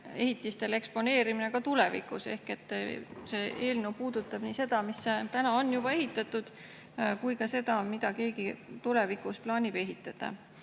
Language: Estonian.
ehitistel eksponeerimine ka tulevikus. Ehk see eelnõu puudutab nii seda, mis on juba ehitatud, kui ka seda, mida keegi tulevikus plaanib ehitada.